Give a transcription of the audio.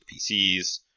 PCs